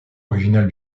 originale